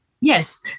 Yes